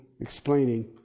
explaining